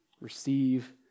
receive